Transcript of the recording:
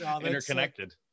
Interconnected